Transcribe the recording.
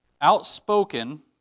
outspoken